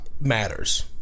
matters